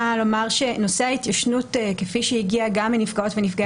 נושא ההתיישנות כפי שהגיע גם מנפגעות ונפגעי